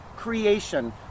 creation